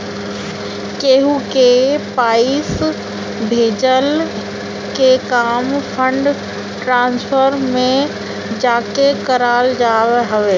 केहू के पईसा भेजला के काम फंड ट्रांसफर में जाके करल जात हवे